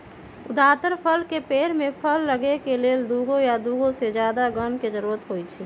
जदातर फल के पेड़ में फल लगे के लेल दुगो या दुगो से जादा गण के जरूरत होई छई